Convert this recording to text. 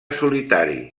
solitari